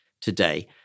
today